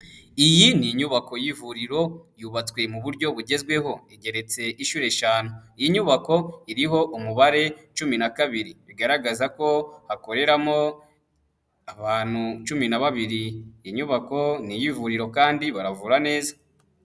Iyi ni inyubako y'ivuriro yubatswe mu buryo bugezweho, igeretse inshuro eshanu iyi nyubako iriho umubare cumi na kabiri bigaragaza ko hakoreramo abantu cumi na babiri, iyi inyubako n'iy'ivuriro kandi baravura neza.